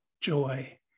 joy